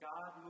God